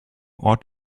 ort